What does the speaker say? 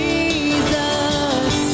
Jesus